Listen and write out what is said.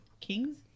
kings